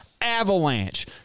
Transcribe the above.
avalanche